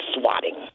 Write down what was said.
swatting